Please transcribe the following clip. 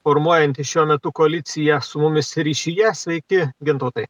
formuojantis šiuo metu koaliciją su mumis ryšyje sveiki gintautai